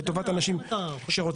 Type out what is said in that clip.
לטובת אנשים שרוצים.